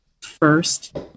first